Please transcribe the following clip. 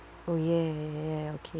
oh ya ya ya ya ya okay